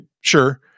sure